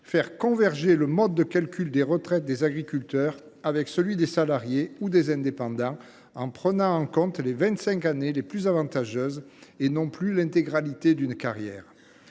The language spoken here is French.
faire converger le mode de calcul des retraites des agriculteurs avec celui des salariés ou des indépendants, en prenant en compte les vingt cinq années les plus avantageuses, et non plus l’intégralité d’une carrière.